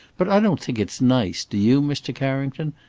but i don't think it's nice, do you, mr. carrington?